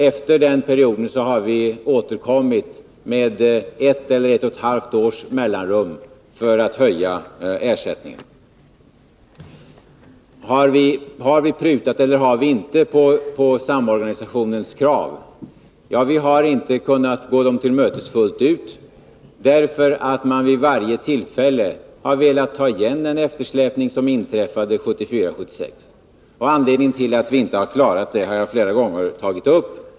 Efter denna period har vi återkommit med ett eller ett och ett halvt års mellanrum för att höja ersättningen. Har vi prutat eller har vi inte prutat på samorganisationens krav? Vi har inte kunnat gå samorganisationen till mötes fullt ut, därför att den vid varje tillfälle har velat ta igen den eftersläpning som inträffade 1974 och 1976. Anledningen till att vi inte har klarat det har jag tagit upp flera gånger.